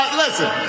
listen